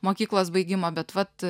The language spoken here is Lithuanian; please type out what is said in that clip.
mokyklos baigimo bet vat